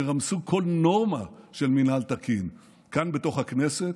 שרמסו כל נורמה של מינהל תקין כאן בתוך הכנסת,